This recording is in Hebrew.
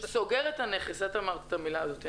סוגר את הנכס את אמרת את המילה הזאת,